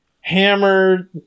hammer